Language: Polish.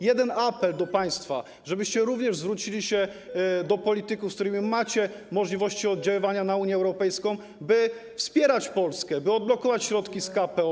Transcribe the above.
Jeden apel do państwa, żebyście również zwrócili się do polityków, z którymi macie możliwości oddziaływania na Unię Europejską, by wspierać Polskę, by odblokować środki z KPO.